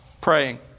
Praying